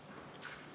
Kõik